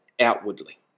outwardly